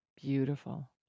beautiful